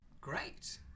great